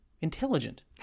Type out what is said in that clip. intelligent